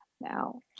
Now